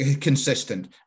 consistent